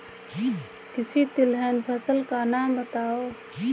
किसी तिलहन फसल का नाम बताओ